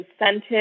incentive